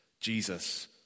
Jesus